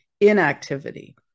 inactivity